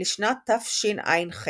לשנת תשע"ח.